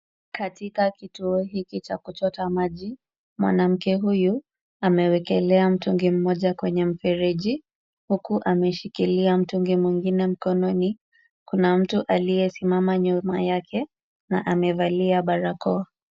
Katika kituo hiki cha kuchota maji, mwanamke huyu amewekelea mtungi mmoja kwenye mfereji huku ameshikilia mtungi mwingine mkononi. Kuna mtu aliyesimama nyuma yake na amevalia barakoa.